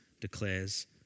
declares